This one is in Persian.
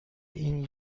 این